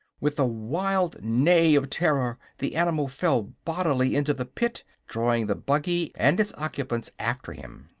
with a wild neigh of terror the animal fell bodily into the pit, drawing the buggy and its occupants after him.